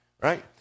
right